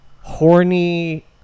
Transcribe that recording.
horny